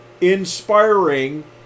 inspiring